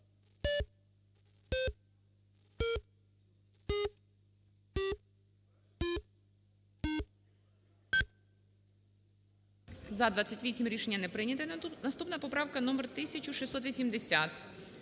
За-17 Рішення не прийнято. Наступна поправка - номер 1764.